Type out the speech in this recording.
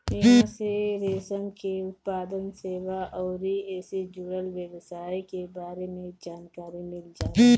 इहां से रेशम के उत्पादन, सेवा अउरी एसे जुड़ल व्यवसाय के बारे में जानकारी मिल जाला